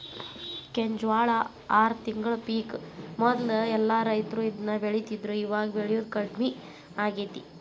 ಕೆಂಜ್ವಾಳ ಆರ ತಿಂಗಳದ ಪಿಕ್ ಮೊದ್ಲ ಎಲ್ಲಾ ರೈತರು ಇದ್ನ ಬೆಳಿತಿದ್ರು ಇವಾಗ ಬೆಳಿಯುದು ಕಡ್ಮಿ ಆಗೇತಿ